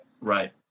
Right